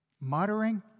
Muttering